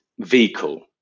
vehicle